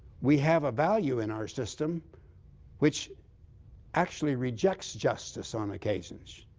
we have a value in our system which actually rejects justice on occasions.